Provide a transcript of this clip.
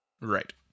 Right